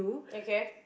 okay